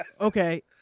okay